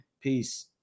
peace